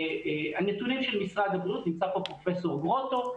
הנתונים של משרד הבריאות, נמצא פה פרופ' גרוטו.